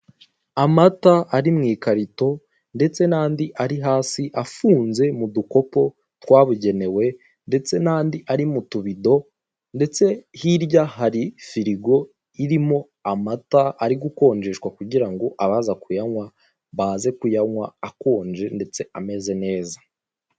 Amata ari mu ikarito ndetse n'andi ari hasi afunze mu dukopo twabugenewe ndetse n'andi ari mu tubido. Ndetse hirya hari firigo irimo amata ari gukonjeshwa kugira ngo abaza kuyanywa baze kuyanywa akonje ndetse ameze neza.